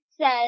says